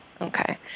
Okay